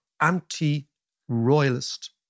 anti-royalist